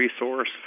resource